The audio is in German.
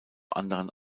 anderen